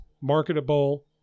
marketable